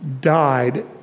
died